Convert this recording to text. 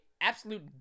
absolute